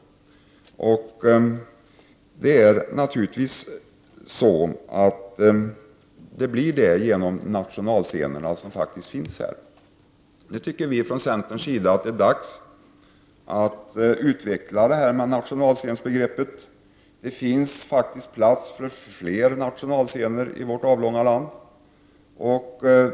Så blir det naturligtvis genom att nationalscenerna faktiskt är belägna i Stockholm. Från centerns sida tycker vi att det är dags att utveckla nationalscenbegreppet. Det finns faktiskt plats för fler nationalscener i vårt avlånga land.